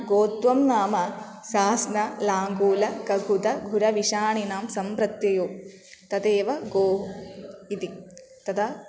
गोत्वं नाम सास्ना लाङ्गूलककुदखुरविषाणिनां सम्रत्ययो तदेव गौः इति तदा